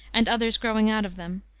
and others growing out of them,